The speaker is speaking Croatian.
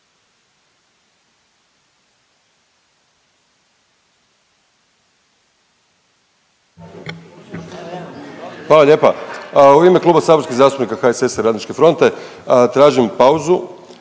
Hvala lijepa. U ime Kluba saborskih zastupnika HSS-a i Radničke fronte tražim pauzu